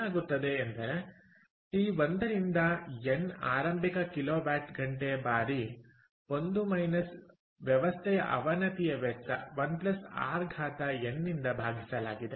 ಏನಾಗುತ್ತದೆ ಎಂದರೆ ಟಿ 1 ರಿಂದ ಎನ್ ಆರಂಭಿಕ ಕಿಲೋವ್ಯಾಟ್ ಗಂಟೆ ಬಾರಿ 1 ಮೈನಸ್ ವ್ಯವಸ್ಥೆಯ ಅವನತಿಯ ವೆಚ್ಚ 1 rn ನಿಂದ ಭಾಗಿಸಲಾಗಿದೆ